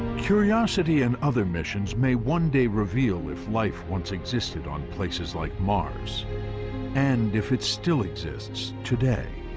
curiosity and other missions may one day reveal if life once existed on places like mars and if it still exists today.